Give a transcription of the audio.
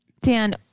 Dan